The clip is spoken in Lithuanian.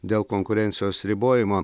dėl konkurencijos ribojimo